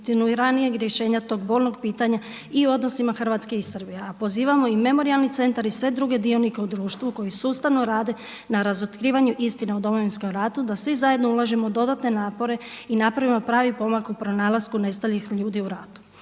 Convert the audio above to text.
kontinuiranijeg rješenja tog bolnog pitanja i odnosima Hrvatske i Srbije, a pozivamo i Memorijalni centar i sve druge dionike u društvu koji sustavno rade na razotkrivanju istine o Domovinskom ratu da svi zajedno ulažemo dodatne napore i napravimo pravi pomak u pronalasku nestalih ljudi u ratu.